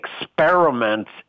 experiments